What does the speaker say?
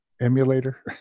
emulator